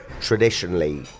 traditionally